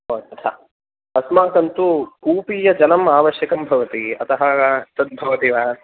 ओ तथा अस्माकं तु कूपीयजलम् आवश्यकं भवति अतः तद्भवति वा